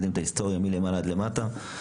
יודעים את ההיסטוריה מלמעלה עד למטה.